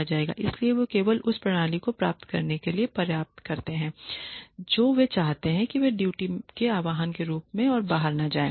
इसलिए वे केवल उस प्रणाली को प्राप्त करने के लिए पर्याप्त करते हैं जो वे चाहते हैं कि वे ड्यूटी के आह्वान से ऊपर और बाहर न जाएं